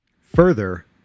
further